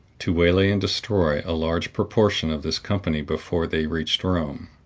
to waylay and destroy a large proportion of this company before they reached rome.